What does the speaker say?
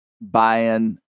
buying